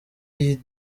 iyi